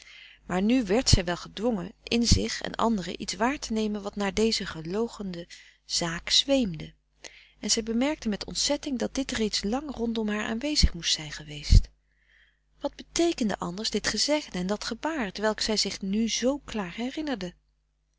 maar nu werd zij wel gedwongen in zich en anderen iets waar te nemen wat naar deze geloochende zaak zweemde en zij bemerkte met ontzetting dat dit reeds lang rondom haar aanwezig moest zijn geweest wat beteekende anders dit gezegde en dat gebaar t welk zij zich nu zoo klaar herinnerde